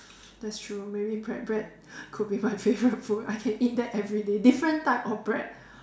that's true maybe bread bread could be my favourite food I can eat that every day different type of bread